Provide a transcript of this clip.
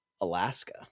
Alaska